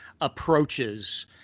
approaches